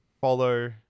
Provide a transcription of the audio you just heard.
follow